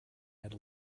had